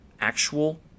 actual